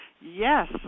Yes